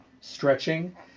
stretching